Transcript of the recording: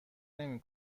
نمی